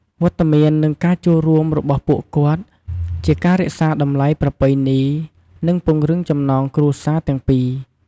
វត្តមាន និងការចូលរួមរបស់ពួកគាត់ ជាការរក្សាតម្លៃប្រពៃណី និងពង្រឹងចំណងគ្រួសារទាំងពីរ។